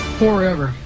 forever